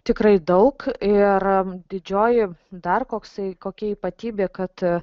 tikrai daug ir didžioji dar koksai kokia ypatybė kad